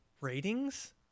ratings